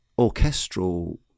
orchestral